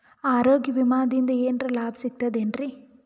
ಆರೋಗ್ಯ ವಿಮಾದಿಂದ ಏನರ್ ಲಾಭ ಸಿಗತದೇನ್ರಿ?